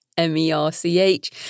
M-E-R-C-H